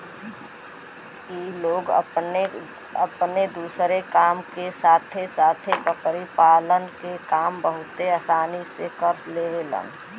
इ लोग अपने दूसरे काम के साथे साथे बकरी पालन के काम बहुते आसानी से कर लेवलन